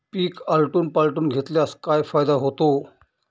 पीक आलटून पालटून घेतल्यास काय फायदा होतो?